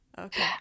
Okay